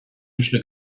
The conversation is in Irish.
uaisle